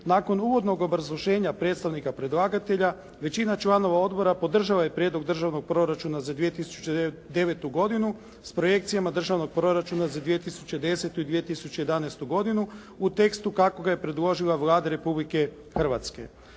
Nakon uvodnog obrazloženja predstavnika predlagatelja, većina članova Odbora podržala je Prijedlog Državnog proračuna za 2009. godinu s projekcijama Državnog proračuna za 2010. i 2011. godinu u tekstu kako ga je predložila Vlada Republike Hrvatske.